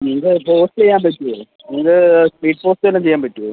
ഇത് പോസ്റ്റ് ചെയ്യാൻ പറ്റുവോ ഇത് സ്പീഡ് പോസ്റ്റ് വല്ലതും ചെയ്യാൻ പറ്റുവോ